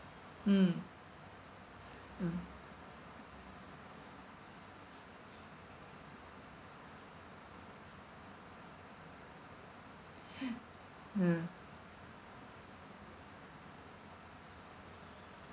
mm mm mm